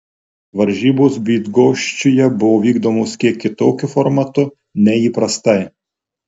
varžybos bydgoščiuje buvo vykdomos kiek kitokiu formatu nei įprastai